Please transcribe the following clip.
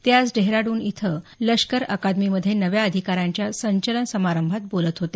ते आज डेहराडून इथं लष्कर अकादमीमधे नव्या अधिकाऱ्यांच्या संचलन समारंभात बोलत होते